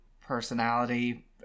personality